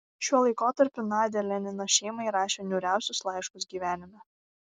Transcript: šiuo laikotarpiu nadia lenino šeimai rašė niūriausius laiškus gyvenime